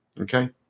Okay